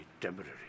temporary